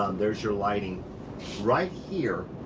there's your lighting right here.